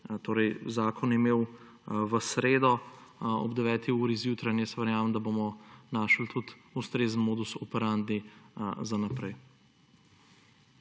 bo zakon imel v sredo ob 9. uri zjutraj in jaz verjamem, da bomo našli tudi ustrezen modus operandi za naprej.